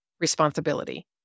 responsibility